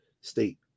state